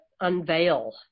unveil